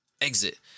Exit